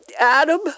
Adam